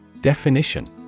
Definition